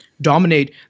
dominate